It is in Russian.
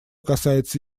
касается